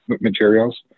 materials